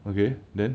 okay then